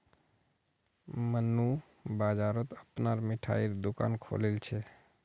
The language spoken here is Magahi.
मन्नू बाजारत अपनार मिठाईर दुकान खोलील छ